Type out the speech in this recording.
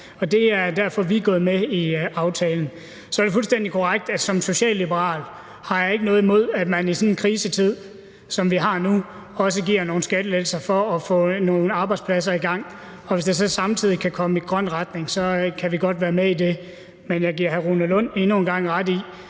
og det er derfor, vi er gået med i aftalen. Så er det fuldstændig korrekt, at som socialliberal har jeg ikke noget imod, at man i sådan en krisetid, som vi har nu, også giver nogle skattelettelser for at få nogle arbejdspladser i gang. Og hvis det så samtidig kan gå i en grøn retning, kan vi godt være med i det. Men jeg giver endnu en gang hr.